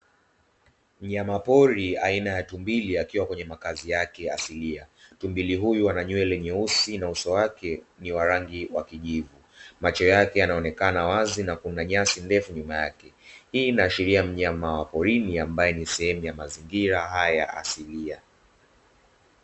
Mnyamapori aina ya tumbili akiwa kwenye makazi yake asilia. Tumbili huyu ana nywele nyeusi, uso wake ni wa rangi wa kijivu, macho yake yanaonekana wazi na kuna nyasi ndefu nyuma yake. Hii inaashiria mnyama wa porini na ambaye ni sehemu ya mazingira haya asilia.